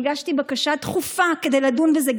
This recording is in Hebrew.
אני הגשתי בקשה דחופה כדי לדון בזה,